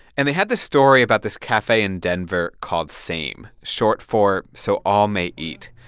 and they had this story about this cafe in denver called same, short for so all may eat,